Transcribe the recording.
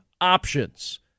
options